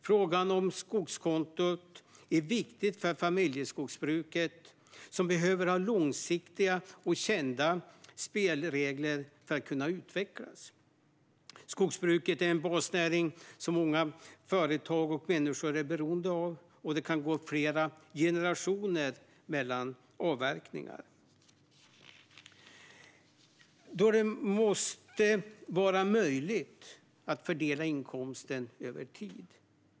Frågan om skogskontot är viktig för familjeskogsbruket, som behöver ha långsiktiga och kända spelregler för att kunna utvecklas. Skogsbruket är en basnäring som många företag och människor är beroende av, och det kan gå flera generationer mellan avverkningar. Då måste det vara möjligt att fördela inkomsten över tid.